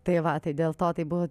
tai va tai dėl to tai buvo